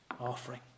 offering